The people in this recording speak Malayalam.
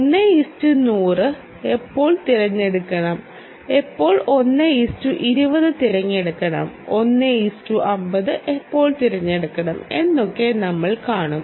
1 100 എപ്പോൾ തിരഞ്ഞെടുക്കണം എപ്പോൾ 120 തിരഞ്ഞെടുക്കണം 150 എപ്പോൾ തിരഞ്ഞെടുക്കണം എന്നൊക്കെ നമ്മൾ കാണും